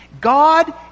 God